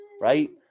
right